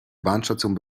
bahnstation